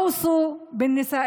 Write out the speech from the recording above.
(אומרת בערבית: תנהגו טוב בנשים.)